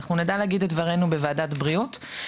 נדע להגיד את דברינו בוועדת בריאות.